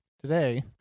today